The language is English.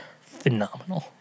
phenomenal